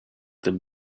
them